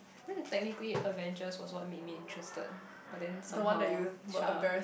then the technically Avengers was what made me interested but then somehow shut up